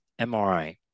MRI